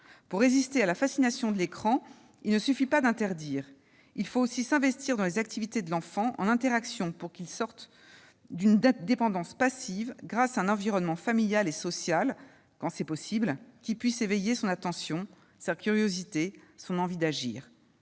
Pour résister à la fascination de l'écran, il ne suffit pas d'interdire. Il faut aussi s'investir dans les activités de l'enfant, en interaction, pour qu'il sorte d'une dépendance passive, grâce à un environnement familial et social qui puisse éveiller son attention, sa curiosité, son envie d'agir.